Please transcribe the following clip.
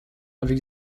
avec